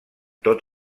tot